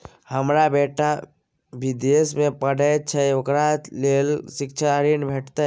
हमर बेटा विदेश में पढै छै ओकरा ले शिक्षा ऋण भेटतै?